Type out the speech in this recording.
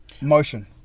motion